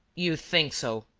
you think so.